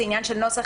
זה עניין של נוסח,